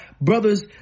brothers